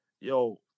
yo